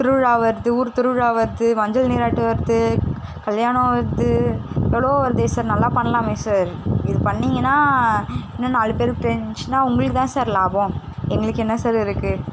திருவிழா வருது ஊர் திருவிழா வருது மஞ்சள் நீராட்டு வருது கல்யாணம் வருது எவ்வளோவோ வருதே சார் நல்லா பண்ணலாமே சார் இது பண்ணிங்கன்னால் இன்னும் நாலு பேருக்கு தெரிஞ்சிச்சின்னால் உங்களுக்குதான் சார் லாபம் எங்களுக்கு என்ன சார் இருக்குது